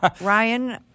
Ryan